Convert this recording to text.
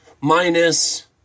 Minus